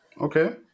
Okay